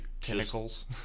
tentacles